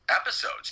episodes